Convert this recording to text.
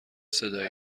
صدایی